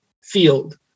field